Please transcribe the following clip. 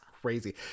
Crazy